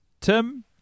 Tim